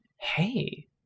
Hey